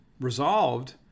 resolved